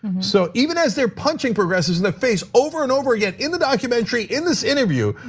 so even as they're punching progressives in the face over and over again, in the documentary, in this interview.